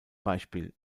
beispiel